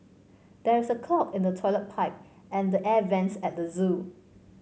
there is a clog in the toilet pipe and the air vents at the zoo